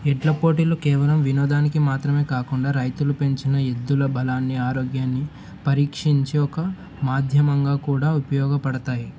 ఎడ్ల పోటీలు కేవలం వినోదానికి మాత్రమే కాకుండా రైతులు పెంచిన ఎద్దుల బలాన్ని ఆరోగ్యాన్ని పరీక్షించి ఒక మాధ్యమంగా కూడా ఉపయోగపడతాయి